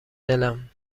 دلم